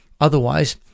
Otherwise